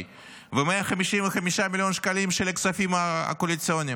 ו-155 מיליון שקלים של הכספים הקואליציוניים.